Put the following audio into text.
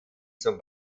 zum